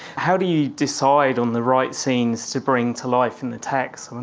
how do you decide on the right scenes to bring to life in the text?